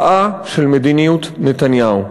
זו התוצאה של מדיניות נתניהו.